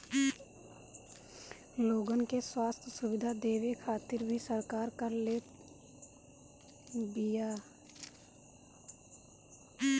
लोगन के स्वस्थ्य सुविधा देवे खातिर भी सरकार कर लेत बिया